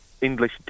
English